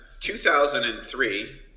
2003